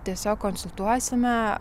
tiesiog konsultuosime